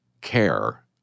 care